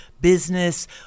Business